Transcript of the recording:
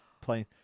playing